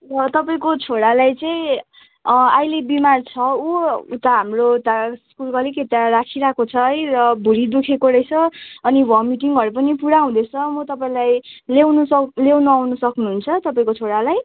र तपाईँको छोरालाई चाहिँ अहिले बिमार छ उ उता हाम्रो उता स्कुलको अलिक यता राखिरहेको छ है र भुँडी दुखेको रहेछ अनि भमिटिङहरू पनि पुरा हुँदैछ म तपाईँलाई लिनु सक् लिनु आउनु सक्नु हुन्छ तपाईँको छोरालाई